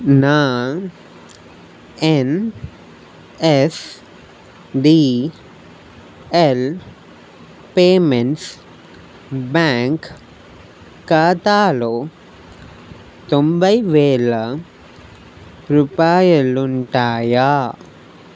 నా NSDL payments bank ఖాతాలో తొంభై వేల రూపాయాలుంటాయా